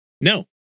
no